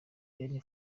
gen